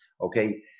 Okay